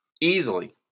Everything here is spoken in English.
easily